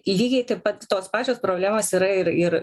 lygiai taip pat tos pačios problemos yra ir ir